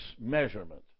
measurement